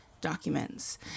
documents